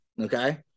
Okay